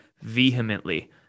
vehemently